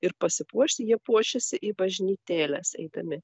ir pasipuošti jie puošiasi į bažnytėles eidami